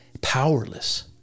powerless